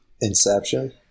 Inception